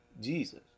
Jesus